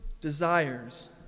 desires